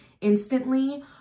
instantly